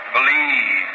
Believe